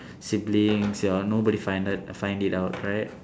siblings nobody found it find it out right